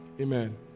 amen